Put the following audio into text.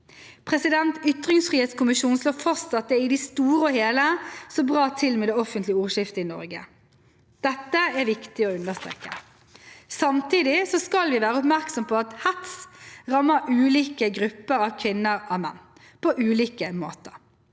bransjer. Ytringsfrihetskommisjonen slår fast at det i det store og hele står bra til med det offentlige ordskiftet i Norge. Dette er det viktig å understreke. Samtidig skal vi være oppmerksomme på at hets rammer ulike grupper av kvinner og menn på ulike måter.